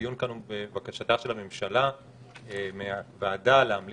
הדיון כאן הוא בבקשתה של הממשלה מהוועדה להמליץ